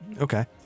Okay